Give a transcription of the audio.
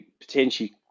potentially